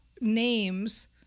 names